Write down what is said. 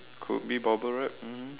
could be bubble wrap mmhmm